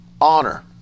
Honor